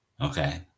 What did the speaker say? Okay